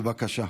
בבקשה.